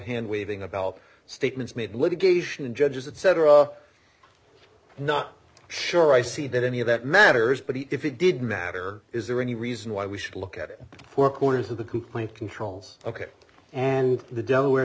hand waving about statements made litigation judges etc not sure i see that any of that matters but if it did matter is there any reason why we should look at the four corners of the complaint controls ok and the delaware